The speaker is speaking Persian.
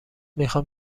میخام